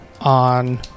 On